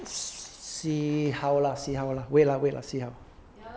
see how lah see how lah wait lah wait lah see how